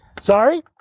Sorry